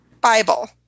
Bible